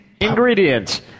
Ingredients